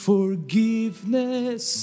Forgiveness